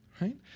right